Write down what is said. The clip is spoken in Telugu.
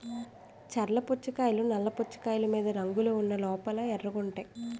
చర్ల పుచ్చకాయలు నల్ల పుచ్చకాయలు మీద రంగులు ఉన్న లోపల ఎర్రగుంటాయి